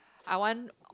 I want